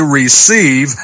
receive